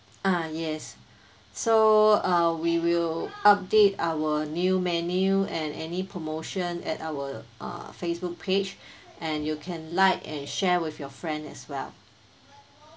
uh yes so uh we will update our new menu and any promotion at our err facebook page and you can like and share with your friend as well